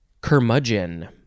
curmudgeon